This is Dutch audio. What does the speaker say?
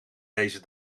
deze